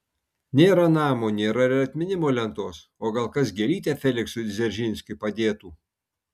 nėra namo nėra ir atminimo lentos o gal kas gėlytę feliksui dzeržinskiui padėtų